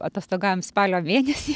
atostogaujam spalio mėnesį